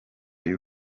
y’u